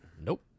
Nope